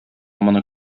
моны